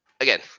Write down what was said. again